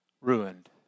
ruined